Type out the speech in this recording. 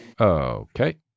Okay